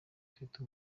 afite